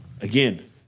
Again